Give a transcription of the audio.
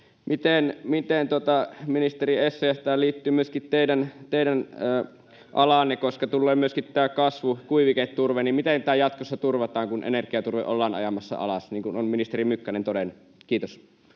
Ministeri Essayah, tämä liittyy myöskin teidän alaanne, koska tähän tulevat myöskin kasvu‑ ja kuiviketurve. Miten tämä jatkossa turvataan, kun energiaturve ollaan ajamassa alas, niin kuin on ministeri Mykkänen todennut? — Kiitos.